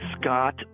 Scott